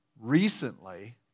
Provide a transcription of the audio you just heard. recently